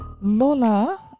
Lola